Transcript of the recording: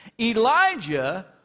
Elijah